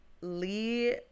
Lee